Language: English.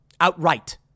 outright